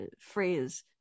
phrase